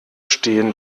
stehen